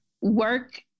work